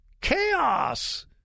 Chaos